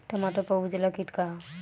टमाटर पर उजला किट का है?